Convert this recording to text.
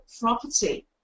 property